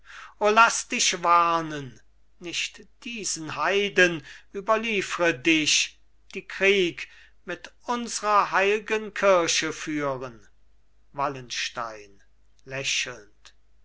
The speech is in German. laß dich warnen nicht diesen heiden überliefre dich die krieg mit unsrer heilgen kirche führen wallenstein lächelnd